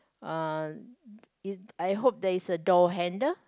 uh it I hope that it's a door handle